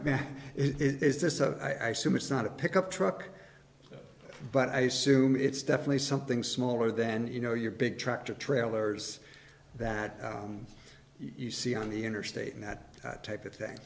it is this a i soon it's not a pickup truck but i assume it's definitely something smaller than you know your big tractor trailers that you see on the interstate and that type of thing